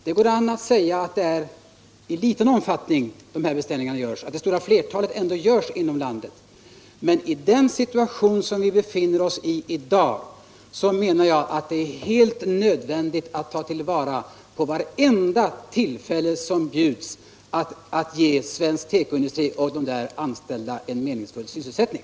Det går an att säga att det är i liten omfattning som de här beställningarna görs och att det stora flertalet beställningar ändå placeras inom landet. Men i den situation vari vi befinner oss i dag är det helt nödvändigt att ta till vara vartenda tillfälle som bjuds att ge svensk tekoindustri och dess anställda en meningsfull sysselsättning.